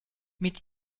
mit